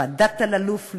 ועדת אלאלוף,